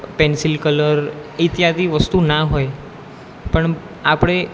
pencil colour ઇત્યાદિ વસ્તુ ના હોય પણ આપણે